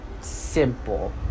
simple